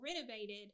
renovated